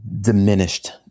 diminished